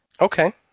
Okay